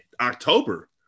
October